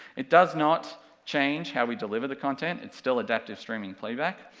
it does not change how we deliver the content, it's still adaptive streaming playback,